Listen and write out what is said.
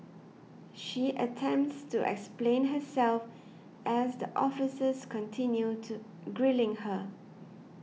she attempts to explain herself as the officers continue to grilling her